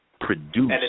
produce